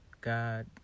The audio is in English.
God